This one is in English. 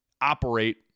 operate –